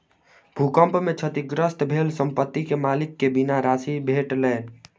भूकंप में क्षतिग्रस्त भेल संपत्ति के मालिक के बीमा राशि भेटलैन